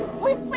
with